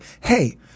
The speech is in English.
hey